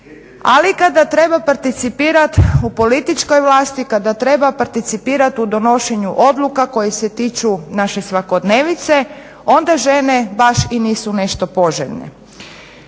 ali kada treba participirat u političkoj vlasti, kada treba participirat u donošenju odluka koje se tiču naše svakodnevice onda žene baš i nisu nešto poželjne.